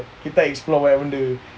kita explore banyak benda